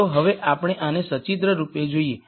ચાલો હવે આપણે આને સચિત્ર રૂપે જોઈએ